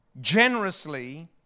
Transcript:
Generously